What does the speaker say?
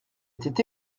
étaient